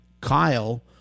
Kyle